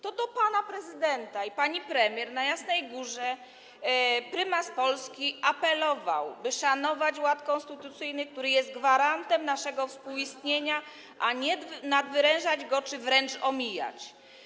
To do pana prezydenta i pani premier na Jasnej Górze prymas Polski apelował, by szanować ład konstytucyjny, który jest gwarantem naszego współistnienia, a nie nadwyrężać go czy wręcz omijać.